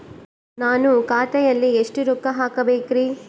ನಾನು ಖಾತೆಯಲ್ಲಿ ಎಷ್ಟು ರೊಕ್ಕ ಹಾಕಬೇಕ್ರಿ?